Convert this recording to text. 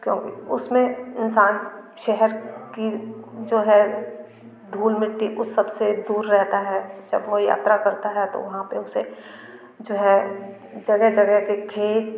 क्योंकि उस में इंसान शहर की जो है धूल मिट्टी उस सब से दूर रहता है जब वह यात्रा करता है तो वहाँ पर उसे जो है जगह जगह के खेत